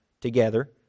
together